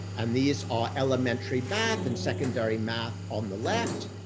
and these are elementary math and secondary math on the left,